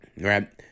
Right